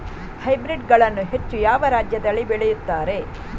Hybrid ಗಳನ್ನು ಹೆಚ್ಚು ಯಾವ ರಾಜ್ಯದಲ್ಲಿ ಬೆಳೆಯುತ್ತಾರೆ?